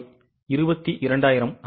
அவை 22000